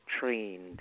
trained